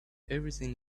everything